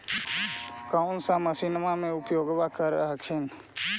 कौन सा मसिन्मा मे उपयोग्बा कर हखिन?